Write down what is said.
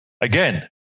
Again